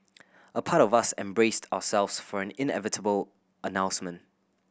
a part of us and braced ourselves for an inevitable announcement